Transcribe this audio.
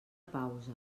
pausa